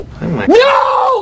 No